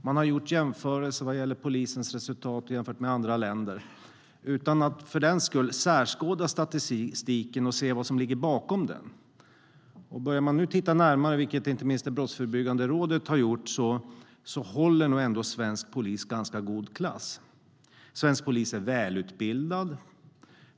Man har gjort jämförelser med andra länder vad gäller polisens resultat utan att för den skull skärskåda statistiken och se vad som ligger bakom den. Börjar man titta närmare, vilket inte minst Brottsförebyggande rådet har gjort, håller nog ändå svensk polis ganska hög klass. Svensk polis är välutbildad.